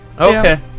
Okay